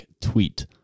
tweet